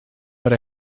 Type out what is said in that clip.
but